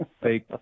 fake